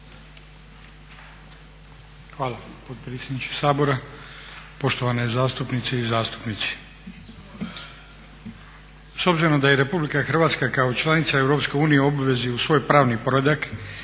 Hvala potpredsjedniče Sabora. Poštovane zastupnice i zastupnici. S obzirom da je RH kao članica EU u obvezi u svoj pravni …